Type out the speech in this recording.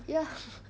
ya